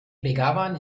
begawan